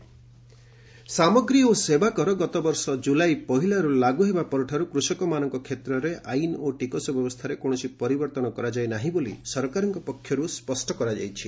finance clarification ସାମଗ୍ରୀ ଓ ସେବାକର ଗତବର୍ଷ ଜୁଲାଇ ପହିଲାରୁ ଲାଗୁ ହେବା ପରଠାରୁ କୃଷକମାନଙ୍କ କ୍ଷେତ୍ରରେ ଆଇନ ଓ ଟିକସ ବ୍ୟବସ୍ଥାରେ କୌଣସି ପରିବର୍ତ୍ତନ କରାଯାଇ ନାହିଁ ବୋଲି ସରକାରଙ୍କ ପକ୍ଷରୁ ସ୍ୱଷ୍ଟ କରାଯାଇଛି